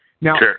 Now